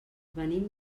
venim